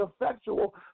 effectual